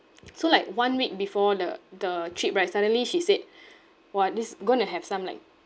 so like one week before the the trip right suddenly she said !wah! this going to have some like